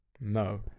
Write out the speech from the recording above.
No